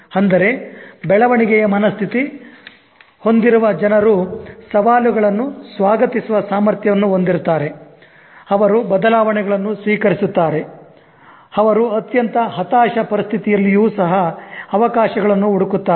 ಅಂದರೆ ಬೆಳವಣಿಗೆಯ ಮನಸ್ಥಿತಿ ಹೊಂದಿರುವ ಜನರು ಸವಾಲುಗಳನ್ನು ಸ್ವಾಗತಿಸುವ ಸಾಮರ್ಥ್ಯವನ್ನು ಹೊಂದಿದ್ದಾರೆ ಅವರು ಬದಲಾವಣೆಗಳನ್ನು ಸ್ವೀಕರಿಸುತ್ತಾರೆ ಅವರು ಅತ್ಯಂತ ಹತಾಶ ಪರಿಸ್ಥಿತಿಯಲ್ಲಿಯೂ ಸಹ ಅವಕಾಶಗಳನ್ನು ಹುಡುಕುತ್ತಾರೆ